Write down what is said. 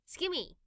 Skimmy